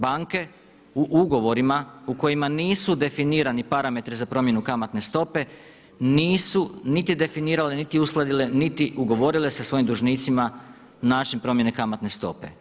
Banke u ugovorima u kojima nisu definirani parametri za promjenu kamatne stope nisu niti definirale, niti uskladile, niti ugovorile sa svojim dužnicima način promjene kamatne stope.